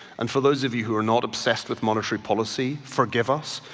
and for those of you who are not obsessed with monetary policy forgive us,